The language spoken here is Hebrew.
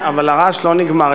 אבל הרעש לא נגמר.